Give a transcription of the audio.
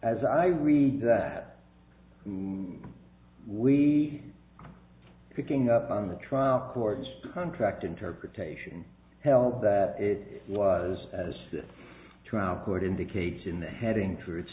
as i read that we picking up on the trial court's contract interpretation held that it was as a trial court indicates in the heading t